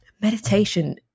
meditation